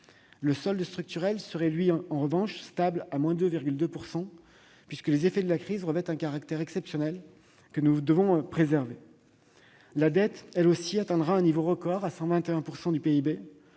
Le solde structurel serait en revanche stable, à moins 2,2 %, puisque les effets de la crise revêtent un caractère exceptionnel, que nous devons préserver. La dette, elle aussi, atteindra un niveau record, à 121 % du PIB,